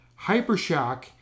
Hypershock